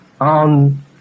on